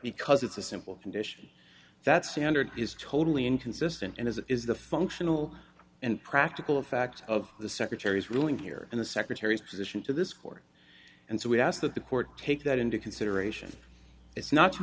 because it's a simple condition that standard is totally inconsistent as it is the functional and practical effect of the secretary's ruling here in the secretary's position to this court and so we ask that the court take that into consideration it's not